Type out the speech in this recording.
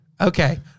Okay